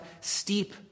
steep